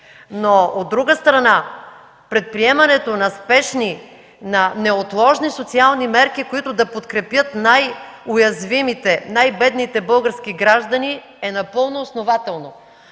От друга страна, предприемането на спешни социални мерки, които да подкрепят най-уязвимите, най-бедните български граждани, е напълно основателно.